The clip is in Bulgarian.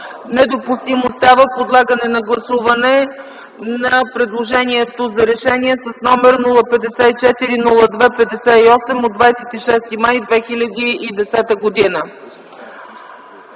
недопустимостта за подлагането на гласуване на предложението за решение с № 054-02-58 от 26 май 2010 г.